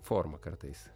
forma kartais